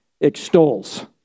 extols